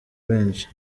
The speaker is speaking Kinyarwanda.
benshi